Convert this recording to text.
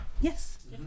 Yes